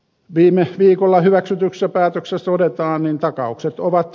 viime viikolla hyväksytyksi päätöksestä odottaa niin takaukset ovat